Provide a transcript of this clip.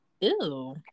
Ew